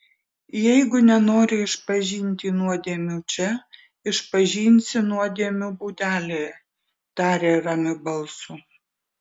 jeigu nenori išpažinti nuodėmių čia išpažinsi nuodėmių būdelėje tarė ramiu balsu